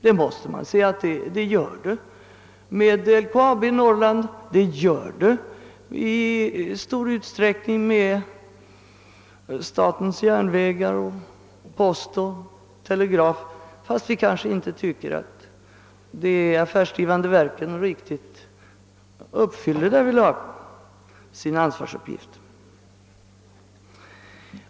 Man måste säga att ett socialt ansvar åvilar LKAB i Norrland, statens järnvägar, post och telegraf, fastän vi kanske inte tycker att de affärsdrivande verken riktigt uppfyller fordringarna därvidlag.